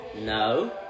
No